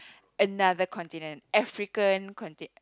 another continent African conti~